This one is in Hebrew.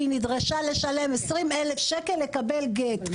והיא נדרשה לשלם 20 אלף שקל לקבל גט,